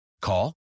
Call